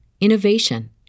innovation